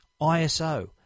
ISO